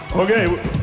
Okay